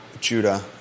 Judah